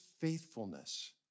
faithfulness